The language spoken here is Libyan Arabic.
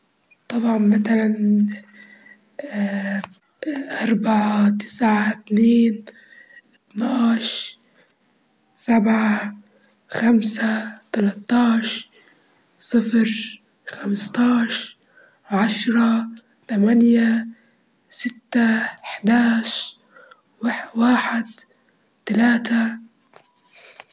نجولوا مثلًا خمسة وتمانية واتناش، إذا جمعتهم النتيجة بتكون خمسة وعشرين، أو مثلًا تلاتة وخمسة وعشرة، بيكونوا كون الناتج تمنتاشر.